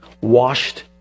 Washed